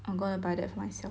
I'm gonna buy that myself